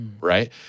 right